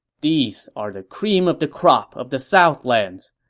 these are the cream of the crop of the southlands.